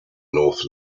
north